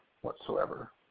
whatsoever